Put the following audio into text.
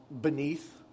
beneath